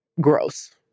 gross